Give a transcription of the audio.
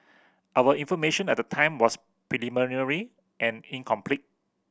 our information at the time was preliminary and incomplete